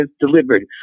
delivered